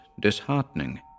disheartening